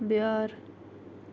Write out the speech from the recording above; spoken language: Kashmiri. بیٛٲر